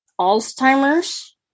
Alzheimer's